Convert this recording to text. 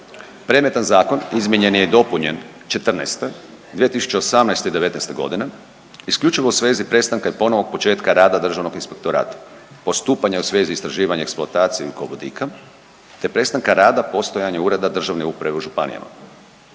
Predmetan zakon izmijenjen je i dopunjen '14., 2018. i '19. godine isključivo u svezi prestanka i ponovnog početka rada Državnog inspektorata. Postupanja u svezi istraživanja i eksploatacije ugljikovodika te prestanka rada postojanja Ureda državne uprave u županijama.